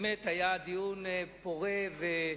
באמת היה דיון פורה.